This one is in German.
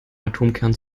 atomkern